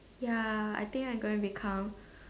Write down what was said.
ya I think I going become